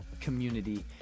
community